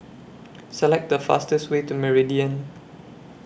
Select The fastest Way to Meridian